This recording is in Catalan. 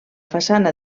façana